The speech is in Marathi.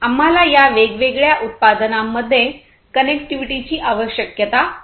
आम्हाला या वेगवेगळ्या उत्पादनांमध्ये कनेक्टिव्हिटीची आवश्यकता का आहे